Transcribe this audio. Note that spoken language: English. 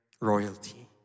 royalty